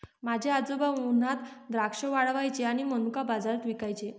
माझे आजोबा उन्हात द्राक्षे वाळवायचे आणि मनुका बाजारात विकायचे